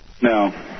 No